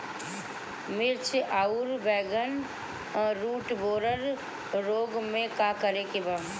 मिर्च आउर बैगन रुटबोरर रोग में का करे के बा?